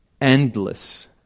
endless